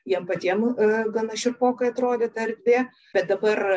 jiem patiem gana šiurpokai atrodė ta erdvė bet dabar